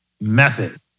method